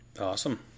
awesome